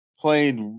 Played